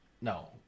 No